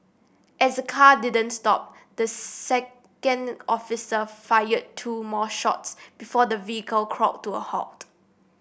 as the car didn't stop the second officer fired two more shots before the vehicle crawled to a halt